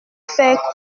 faire